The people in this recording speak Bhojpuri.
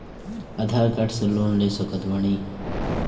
आधार कार्ड से लोन ले सकत बणी?